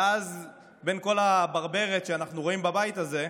ואז בין כל הברברת שאנחנו רואים בבית הזה,